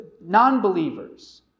non-believers